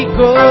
go